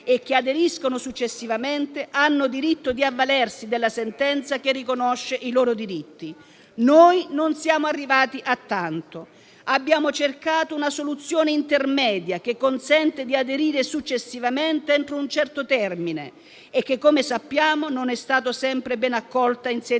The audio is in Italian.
e aderiscano successivamente, hanno diritto di avvalersi della sentenza che riconosce i loro diritti. Noi non siamo arrivati a tanto. Abbiamo cercato una soluzione intermedia, che consente di aderire successivamente entro un certo termine e che - come sappiamo - non è stata sempre ben accolta in